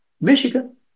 Michigan